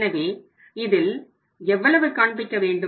எனவே இதில் எவ்வளவு காண்பிக்க வேண்டும்